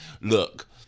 look